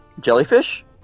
jellyfish